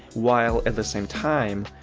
while at the same time,